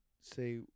Say